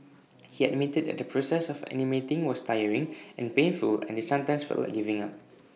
he admitted that the process of animating was tiring and painful and they sometimes felt like giving up